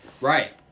Right